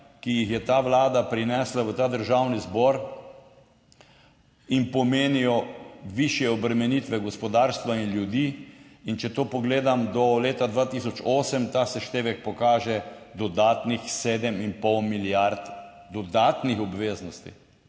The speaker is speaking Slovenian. ki jih je ta Vlada prinesla v ta Državni zbor, in pomenijo višje obremenitve gospodarstva in ljudi, in če to pogledam do leta 2008 ta seštevek pokaže dodatnih 7,5 milijard dodatnih obveznosti,